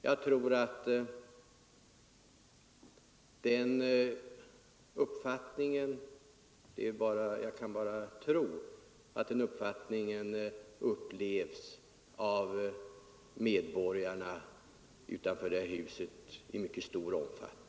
Jag tror — jag kan bara tro — att den uppfattningen delas av medborgarna utanför det här huset i mycket stor omfattning.